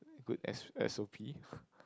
good S S_O_P